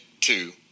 two